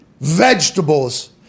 vegetables